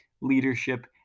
leadership